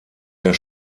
der